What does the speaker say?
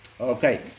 Okay